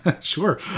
sure